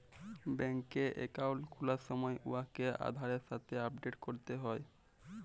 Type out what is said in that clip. ব্যাংকে একাউল্ট খুলার সময় উয়াকে আধারের সাথে আপডেট ক্যরতে হ্যয়